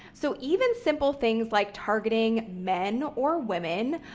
so even simple things like targeting men or women,